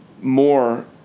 more